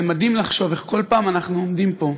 זה מדהים לחשוב איך כל פעם אנחנו עומדים פה,